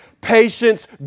patience